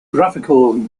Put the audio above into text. graphical